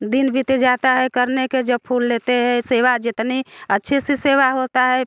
दिन बीत जाता है करने के जब फूल लेते हे सेवा जितनी अच्छे से सेवा होती है